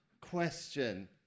question